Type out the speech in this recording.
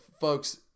Folks